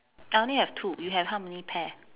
I only have two you have how many pair